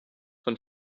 von